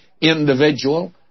individual